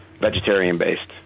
vegetarian-based